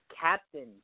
Captain